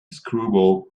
screwball